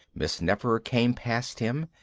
miss nefer came past him,